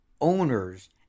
owners